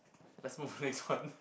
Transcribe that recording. let's move to next one